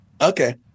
Okay